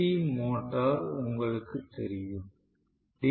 C motor உங்களுக்குத் தெரியும் D